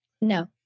No